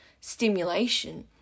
stimulation